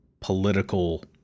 political